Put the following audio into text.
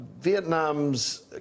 Vietnam's